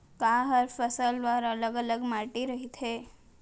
का हर फसल बर अलग अलग माटी रहिथे?